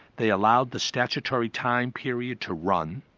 they allowed the statutory time period to run,